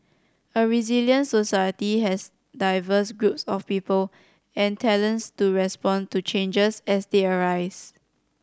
a resilient society has diverse groups of people and talents to respond to changes as they arise